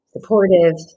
supportive